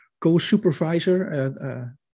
co-supervisor